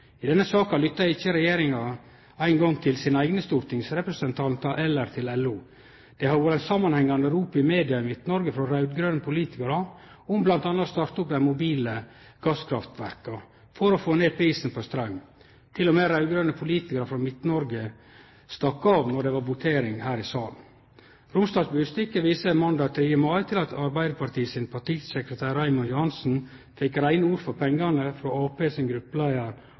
I denne saka lyttar ikkje regjeringa eingong til sine eigne stortingsrepresentantar eller til LO. Det har vore eit samanhengande rop i media i Midt-Noreg frå raud-grøne politikarar om bl.a. å starte opp dei mobile gasskraftverka for å få ned prisen på straum. Til og med raud-grøne politikarar frå Midt-Noreg stakk av når det var votering her i salen. Romsdals Budstikke viser måndag 3. mai til at Arbeidarpartiet sin partisekretær Raymond Johansen fekk reine ord for pengane frå Arbeidarpartiet sin gruppeleiar